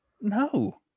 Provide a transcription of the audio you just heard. No